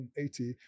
180